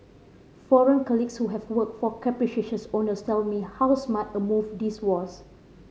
foreign colleagues who have worked for capricious owners tell me how smart a move this was